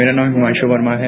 मेरा नाम हिमांशु वर्मा है